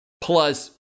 plus